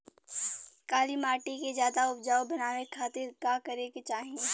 काली माटी के ज्यादा उपजाऊ बनावे खातिर का करे के चाही?